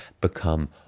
become